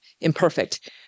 Imperfect